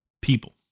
people